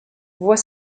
voit